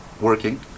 working